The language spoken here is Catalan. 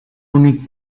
únic